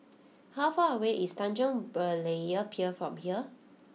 how far away is Tanjong Berlayer Pier from here